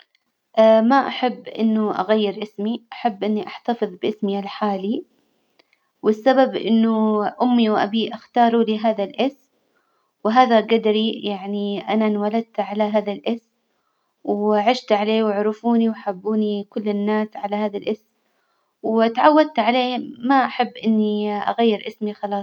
ما أحب إنه أغير إسمي، أحب إني أحتفظ بإسمي الحالي، والسبب إنه أمي وأبي إختاروا لي هذا الإسم، وهذا جدري يعني أنا إنولدت على هذا الإسم وعشت عليه وعرفوني وحبوني كل الناس على هذا الإسم، وإتعودت عليه ما أحب إني أغير إسمي خلاص.